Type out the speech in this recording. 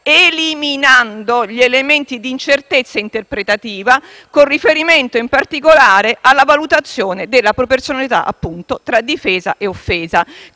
eliminando gli elementi di incertezza interpretativa (con riferimento in particolare alla valutazione della proporzionalità tra difesa e offesa)